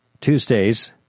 Tuesdays